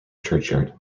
churchyard